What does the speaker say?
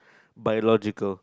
biological